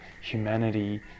humanity